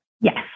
Yes